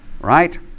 Right